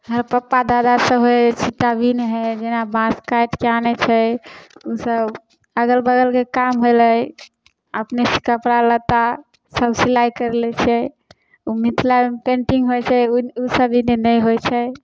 हमरा पत्ता दराइ सब हइ छिट्टा बिनै हइ जेना बाँस काटिके आनै छै ओसब अगल बगलके काम होलै अपने से कपड़ालत्ता सब सिलाइ करि लै छै ओ मिथिला पेन्टिन्ग होइ छै ओसब एन्ने नहि होइ छै